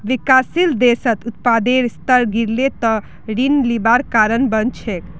विकासशील देशत उत्पादेर स्तर गिरले त ऋण लिबार कारण बन छेक